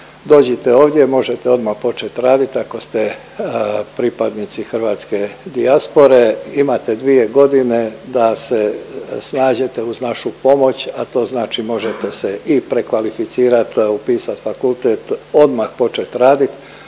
Dođite ovdje, možete odmah početi raditi ako ste pripadnici hrvatske dijaspore, imate dvije godine da se snađete uz našu pomoć, a to znači, možete se i prekvalificirat, upisat fakultet, odmah počet radit.